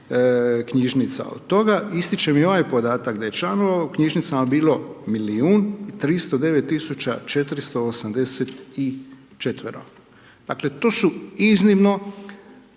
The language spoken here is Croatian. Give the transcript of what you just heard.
knjižnica. Od toga ističem i ovaj podatak, da je članova u knjižnicama bilo milijun 309 tisuća 484. Dakle, to su iznimno